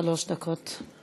שלוש דקות.